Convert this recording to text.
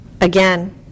again